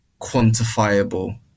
quantifiable